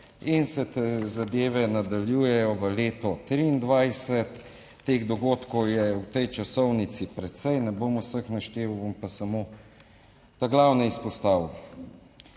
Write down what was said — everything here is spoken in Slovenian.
in se te zadeve nadaljujejo v leto 2023. Teh dogodkov je v tej časovnici precej, ne bom vseh našteval, bom pa samo glavne izpostavil.